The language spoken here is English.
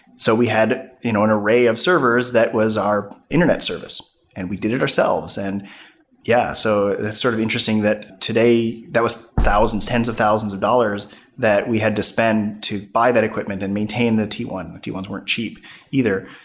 so we had you know an array of servers that was our internet service and we did it ourselves. and yeah. so it's sort of interesting that today that was thousands, tens of thousands of dollars that we had to spend to buy that equipment and maintain the t one. t one s weren't cheap either.